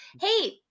Hey